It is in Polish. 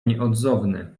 nieodzowny